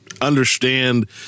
understand